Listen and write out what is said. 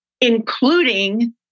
including